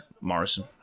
Morrison